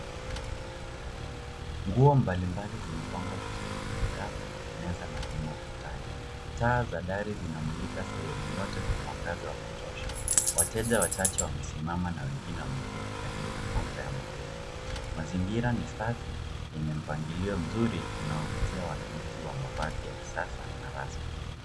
Nguo mbalimbali zimepangwa vizuri kwenye rafu, meza na sehemu maalum za maonyesho. Taa za dari zinamulika sehemu yote kwa mwanga wa kutosha. Wateja wachache wamesimama na wengine wameketi karibu na kaunta ya mauzo. Mazingira ni safi, yenye mpangilio mzuri na yanavutia wanunuzi.